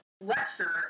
lecture